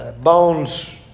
Bones